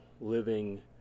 living